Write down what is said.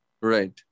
Right